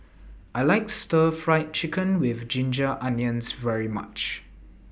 I like Stir Fried Chicken with Ginger Onions very much